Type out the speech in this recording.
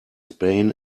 spain